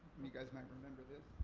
um you guys might remember this.